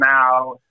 now